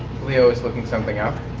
leo is looking something up.